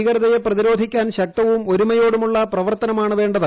ഭീകരതയെ പ്രതിരോധിക്കാൻ ശക്തവും ഒരുമയോടുമുള്ള പ്രവർത്തനമാണ് വേ ത്